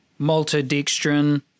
maltodextrin